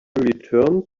return